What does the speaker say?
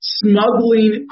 smuggling